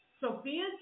Sophia